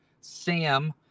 Sam